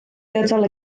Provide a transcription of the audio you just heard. gydol